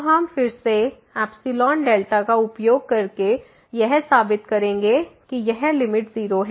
तो हम फिर से का उपयोग करके यह साबित करेंगे कि यह लिमिट 0 है